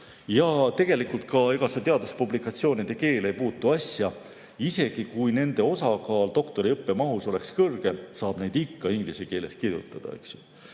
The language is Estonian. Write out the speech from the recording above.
Tegelikult ka, ega see teaduspublikatsioonide keel ei puutu asjasse. Isegi kui nende osakaal doktoriõppe mahus oleks kõrgem, saab neid ikka inglise keeles kirjutada.